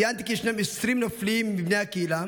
ציינת כי ישנם 20 נופלים מבני הקהילה,